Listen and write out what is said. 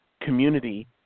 community